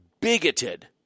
bigoted